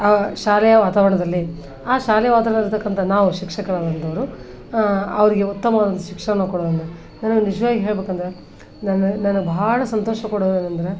ಆ ಶಾಲೆಯ ವಾತಾವರಣದಲ್ಲಿ ಆ ಶಾಲೆಯ ವಾತಾವರಣದಲ್ಲಿರ್ತಕ್ಕಂಥ ನಾವು ಶಿಕ್ಷಕರಾದಂಥವರು ಅವರಿಗೆ ಉತ್ತಮವಾದಂಥ ಶಿಕ್ಷಣ ಕೊಡುವಲ್ಲಿ ನಾನು ಒಂದು ನಿಜವಾಗಿ ಹೇಳಬೇಕಂದ್ರೆ ನನ್ನ ನಾನು ಬಹಳ ಸಂತೋಷ ಕೊಡೊದೇನಂದರೆ